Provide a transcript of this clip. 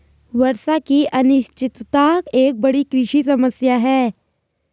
वर्षा की अनिश्चितता एक बड़ी कृषि समस्या है